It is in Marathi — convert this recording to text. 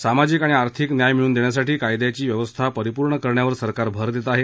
सामाजिक आणि आर्थिक न्याय मिळून देण्यासाठी कायद्यांची व्यवस्था परिपूर्ण करण्यावर सरकार भर देत आहे